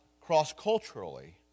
cross-culturally